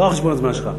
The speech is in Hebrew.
לא על חשבון הזמן שלך.